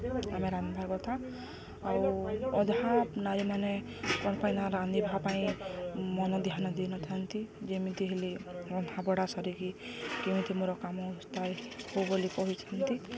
ଆମେ ରାନ୍ଧିବା କଥା ଆଉ ଅଧା ନାରୀମାନେ କ'ଣ ପାଇଁ ନା ରାନ୍ଧିବା ପାଇଁ ମନ ଧ୍ୟାନ ଦେଇନଥାନ୍ତି ଯେମିତି ହେଲେ ରନ୍ଧା ବଢ଼ା ସାରିକି କେମିତି ମୋର କାମ ଥାଏ ହଉ ବୋଲି କହିଥାନ୍ତି